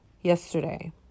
yesterday